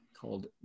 called